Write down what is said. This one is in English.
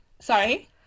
Sorry